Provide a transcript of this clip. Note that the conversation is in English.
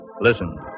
Listen